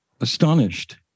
astonished